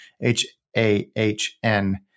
H-A-H-N